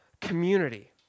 community